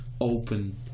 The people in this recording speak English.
open